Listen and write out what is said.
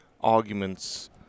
arguments